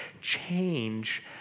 change